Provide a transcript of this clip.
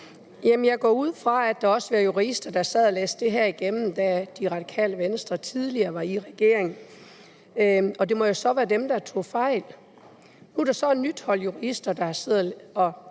Jeg går ud fra, at der også var jurister, der sad og læste det her igennem, da Det Radikale Venstre tidligere var i regering, og det må så være dem, der tog fejl. Nu er der så et nyt hold jurister, der har siddet og